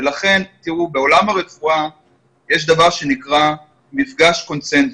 בעולם הרפואה יש דבר שנקרא מפגש קונצנזוס,